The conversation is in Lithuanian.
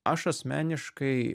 aš asmeniškai